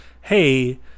hey